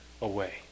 away